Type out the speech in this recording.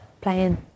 playing